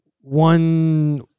one